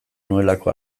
nuelako